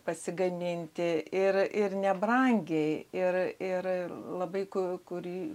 pasigaminti ir ir nebrangiai ir ir labai kurį